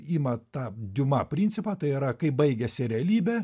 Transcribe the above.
ima tą diuma principą tai yra kai baigiasi realybė